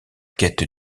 quête